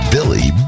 Billy